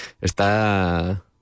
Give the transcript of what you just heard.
está